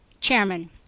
chairman